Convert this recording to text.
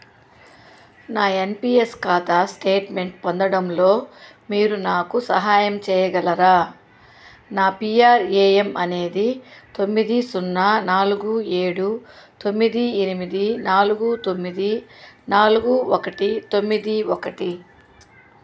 నా N P S ఖాతా statement పొందడంలో మీరు నాకు సహాయం చేయగలరా నా పీ ఆర్ ఏ ఎమ్ అనేది తొమ్మిది సున్నా నాలుగు ఏడు తొమ్మిది ఎనిమిది నాలుగు తొమ్మిది నాలుగు ఒకటి తొమ్మిది ఒకటి